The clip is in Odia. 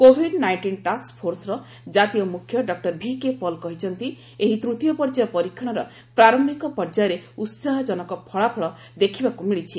କୋଭିଡ ନାଇଷ୍ଟିନ୍ ଟାସ୍କ ଫୋର୍ସର ଜାତୀୟ ମୁଖ୍ୟ ଡକ୍ଟର ଭିକେପଲ୍ କହିଛନ୍ତି ଏହି ତୃତୀୟ ପର୍ଯ୍ୟାୟ ପରୀକ୍ଷଣର ପ୍ରାରମ୍ଭିକ ପର୍ଯ୍ୟାୟରେ ଉହାହଜନକ ଫଳାଫଳ ଦେଖିବାକୁ ମିଳିଛି